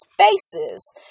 spaces